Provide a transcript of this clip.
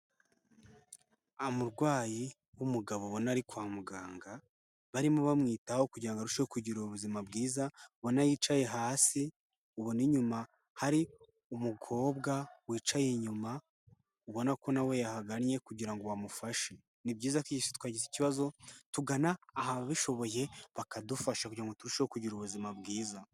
Umurwayi w'umugabo ubona ari kwa muganga, barimo bamwitaho kugira ngo arusheho kugira ubuzima bwiza, abona yicaye hasi, ubona inyuma hari umukobwa wicaye inyuma, ubona ko nawe yahagannye kugira ngo bamufashe, ni byiza ko igihe cyose twagize ikibazo tugana aho babishoboye bakadufasha kugira turusheho kugira ubuzima bwiza.